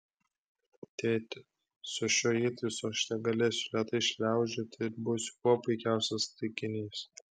tėti su šiuo įtaisu aš tegalėsiu lėtai šliaužioti ir būsiu kuo puikiausias taikinys